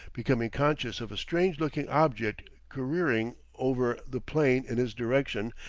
becoming conscious of a strange-looking object careering over the plain in his direction,